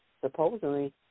supposedly –